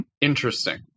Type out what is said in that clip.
Interesting